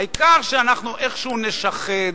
העיקר שאנחנו איכשהו נשחד,